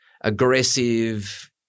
aggressive